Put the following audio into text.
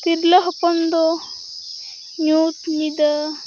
ᱛᱤᱨᱞᱟᱹ ᱦᱚᱯᱚᱱ ᱫᱚ ᱧᱩᱛᱼᱧᱤᱫᱟᱹ